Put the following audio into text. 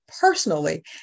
personally